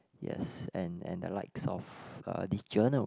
yes and and the likes of uh this journal